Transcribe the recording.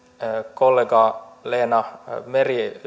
kollega leena meri